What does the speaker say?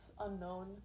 unknown